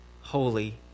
holy